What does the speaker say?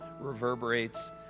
reverberates